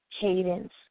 cadence